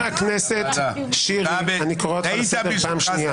חבר הכנסת שירי, אני קורא אותך לסדר פעם שנייה.